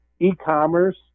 e-commerce